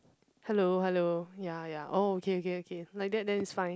hello hello ya ya oh okay okay okay like that then it's fine